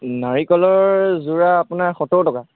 নাৰিকলৰ যোৰা আপোনাৰ সত্তৰ টকা